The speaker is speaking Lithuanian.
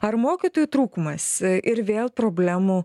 ar mokytojų trūkumas ir vėl problemų